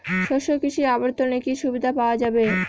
শস্য কৃষি অবর্তনে কি সুবিধা পাওয়া যাবে?